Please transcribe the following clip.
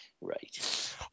Right